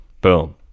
Boom